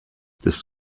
des